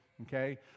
Okay